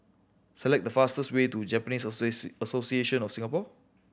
select the fastest way to Japanese Association of Singapore